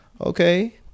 Okay